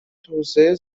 توسعه